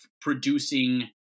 producing